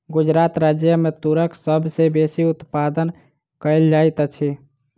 गुजरात राज्य मे तूरक सभ सॅ बेसी उत्पादन कयल जाइत अछि